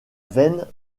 veine